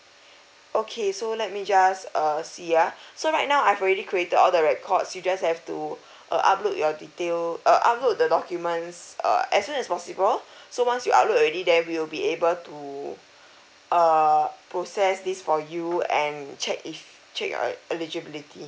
okay so let me just uh see ah so right now I've already created all the records you just have to uh upload your detail uh upload the documents uh as soon as possible so once you upload already then we will be able to uh process this for you and check if check your eligibility